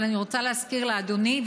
אבל אני רוצה להזכיר לאדוני,